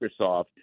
Microsoft